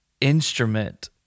instrument